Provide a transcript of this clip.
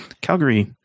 Calgary